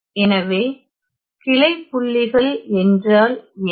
எனவே கிளைப்புள்ளிகள் என்றால் என்ன